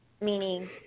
meaning